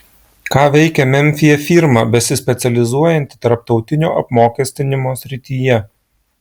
ką veikia memfyje firma besispecializuojanti tarptautinio apmokestinimo srityje